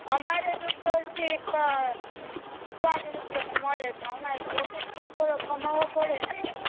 અમારે જ ઉપરથી ચાલી રૂપિયાનું મલે તો અમારે પ્રોફિટ તો થોડોક કમાવો પડેને મેડમ